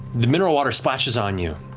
the mineral water splashes on you,